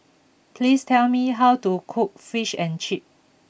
please tell me how to cook Fish and Chips